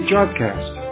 Jobcast